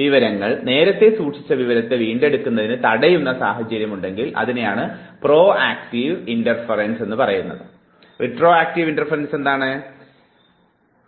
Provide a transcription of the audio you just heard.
വിവരം നേരത്തെ സൂക്ഷിച്ച വിവരത്തെ വീണ്ടെടുക്കുന്നത് തടയുന്ന സാഹചര്യത്തെ പ്രോക്റ്റീവ് ഇടപെടൽ റെട്രോക്റ്റീവ് ഇടപെടൽ എന്ന് പറയാം